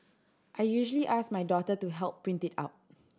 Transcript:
I usually ask my daughter to help print it out